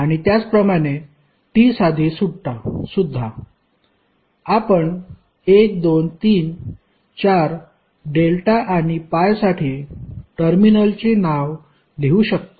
आणि त्याचप्रमाणे T साठी सुद्धा आपण 1 2 3 4 डेल्टा आणि पायसाठी टर्मिनलचे नाव लिहू शकतो